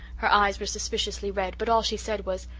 her eyes were suspiciously red but all she said was,